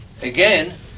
again